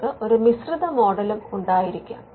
നിങ്ങൾക്ക് ഒരു മിശ്രിത മോഡലും ഉണ്ടായിരിക്കാം